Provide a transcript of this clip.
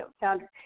founder